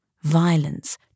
violence